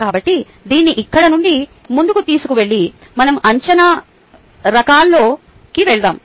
కాబట్టి దీన్ని ఇక్కడి నుండి ముందుకు తీసుకెళ్ళి మనం అంచనా రకాల్లోకి వెళ్తాము